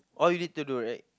all you need to do right